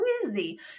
crazy